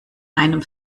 einem